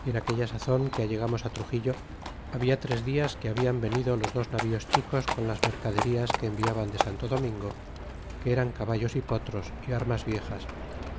y en aquella sazon que allegamos á truxillo habla tres dias que habían venido los dos navíos chicos con las mercaderías que enviaban de santo domingo que era caballos y potros y armas viejas